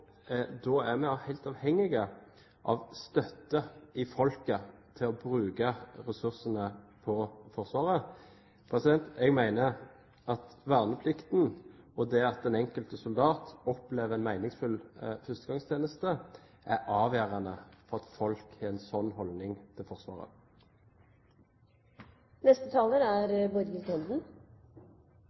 Da er vi helt avhengige av støtte i folket til å bruke ressursene på Forsvaret. Jeg mener at verneplikten og at den enkelte soldat opplever en meningsfull førstegangstjeneste, er avgjørende for at folk har en sånn holdning til